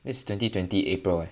this twenty twenty april